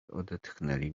odetchnęli